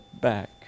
back